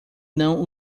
não